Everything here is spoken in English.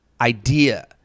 idea